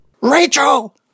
Rachel